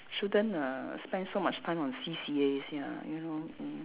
shouldn't uh spend so much time on C_C_As ya you know mm